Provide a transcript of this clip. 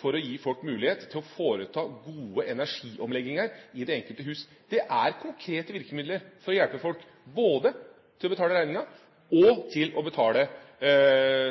for å gi folk mulighet til å foreta gode energiomlegginger i det enkelte hus. Det er konkrete virkemidler for å hjelpe folk både til å betale regninger og til å få